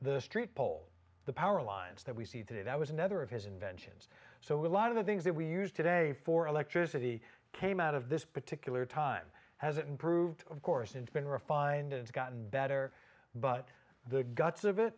the street pole the power lines that we see today that was another of his inventions so a lot of the things that we use today for electricity came out of this particular time has it improved of course and been refined and gotten better but the guts of it